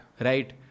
Right